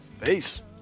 Peace